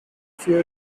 fuel